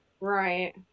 Right